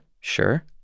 Sure